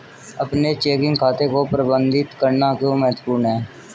अपने चेकिंग खाते को प्रबंधित करना क्यों महत्वपूर्ण है?